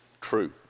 true